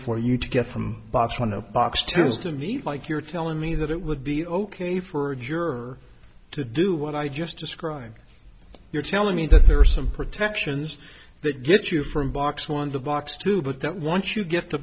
for you to get from botswana box to is to me like you're telling me that it would be ok for a juror to do what i just described you're telling me that there are some protections that get you from box one to box two but that once you get the